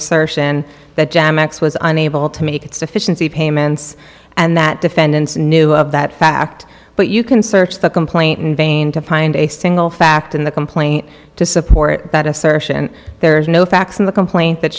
assertion that jam x was unable to meet its sufficiency payments and that defendants knew of that fact but you can search the complaint in vain to find a single fact in the complaint to support that assertion there is no facts in the complaint that